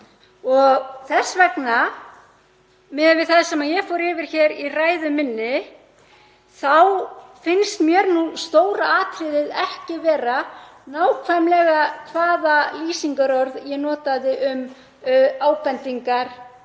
og þess vegna, miðað við það sem ég fór yfir í ræðu minni, finnst mér stóra atriðið ekki vera nákvæmlega hvaða lýsingarorð ég notaði um ábendingar